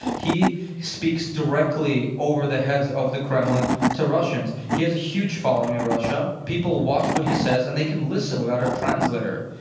he speaks directly over the heads of the kremlin to russians. he has a huge following in russia. people watch what he says, and they can listen without a translator.